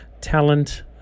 talent